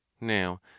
Now